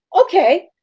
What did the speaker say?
okay